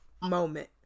moment